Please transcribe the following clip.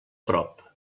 prop